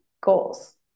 goals